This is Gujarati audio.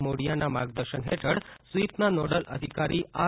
મોડિયાના માર્ગદર્શન હેઠળ સ્વીપના નોડલ અધિકારી આર